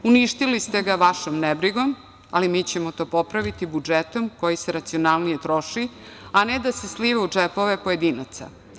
Uništili ste ga vašom nebrigom, ali mi ćemo to popraviti budžetom koji se racionalnije troši, a ne da se sliva u džepove pojedinaca.